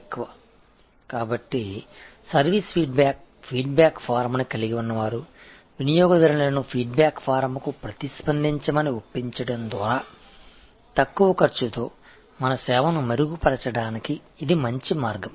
எனவே சர்வீஸ் ப் பின்னூட்டம் பின்னூட்டப் படிவத்தில் பதிலளிக்கும்படி கஸ்டமர்களை வற்புறுத்துவதன் மூலம் விநியோகிக்கக்கூடிய கருத்துப் படிவங்களைக் கொண்டவர்கள் உங்கள் சர்வீஸ் யை மேம்படுத்துவதற்கு மிகவும் செலவு குறைந்த வழியாகும்